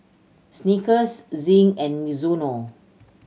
Snickers Zinc and Mizuno